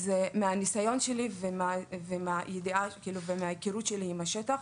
מהניסיון שלי ומההיכרות שלי עם השטח,